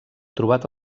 trobat